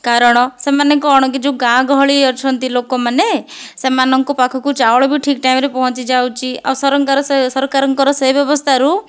କାରଣ ସେମାନେ କଣ କି ଯେଉଁ ଗାଁ ଗହଳି ଅଛନ୍ତି ଲୋକମାନେ ସେମାନଙ୍କ ପାଖକୁ ଚାଉଳ ବି ଠିକ୍ ଟାଇମରେ ପହଞ୍ଚି ଯାଉଛି ଆଉ ସରକାରଙ୍କର ସେ ବ୍ୟବସ୍ଥାରୁ